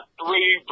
three